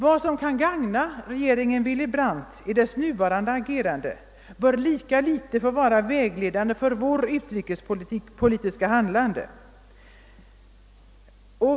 Vad som kan gagna regeringen Willy Brandt i dess nuvarande agerande bör lika litet få vara vägledande för vårt utrikespolitiska handlande.